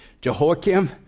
Jehoiakim